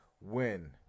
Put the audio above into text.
win